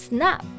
Snap